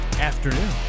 afternoon